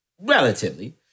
Relatively